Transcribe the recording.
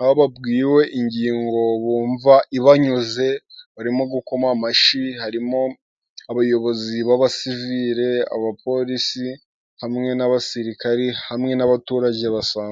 aho babwiwe ingingo bumva ibanyuze barimo gukoma amashyi. Harimo abayobozi b'abasiviri, abapolisi hamwe n'abasirikari, hamwe n'abaturage basanzwe.